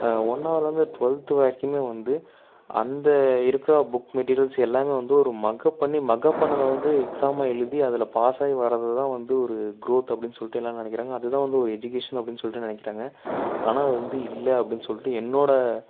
ஒன்னாவதுலந்து twelfth வரைக்குமே வந்து அந்த இருக்கிற புக் மெட்டீரியல்ஸ் எல்லாமே வந்து ஒரு மக்கப் பண்ணி மக்கப் பண்ணதை வந்து எக்ஸாமாக எழுதி அதில் பாசாகி வரதுதான் வந்து ஒரு குரோத் அப்படின்னு சொல்லிட்டு எல்லாம் நினைக்கிறாங்க அதுதான் வந்து ஒரு எஜிகேஷன் அப்படின்னு சொல்லிட்டு நினைக்கிறாங்க ஆனால் அது வந்து இல்லை அப்படின்னு சொல்லிட்டு என்னோட